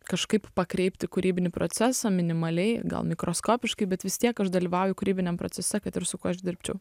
kažkaip pakreipti kūrybinį procesą minimaliai gal mikroskopiškai bet vis tiek aš dalyvauju kūrybiniam procese kad ir su kuo aš dirbčiau